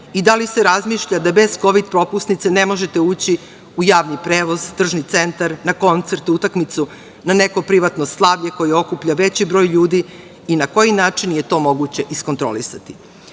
i da li se razmišlja da bez kovid propusnica ne možete ući u javni prevoz, tržni centar, na koncert, utakmicu, na neko privatno slavlje koji okuplja veći broj ljudi i na koji način je to moguće iskontrolisati? Postoji